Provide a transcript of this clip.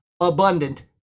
abundant